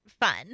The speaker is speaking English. fun